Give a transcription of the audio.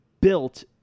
built